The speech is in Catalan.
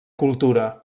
cultura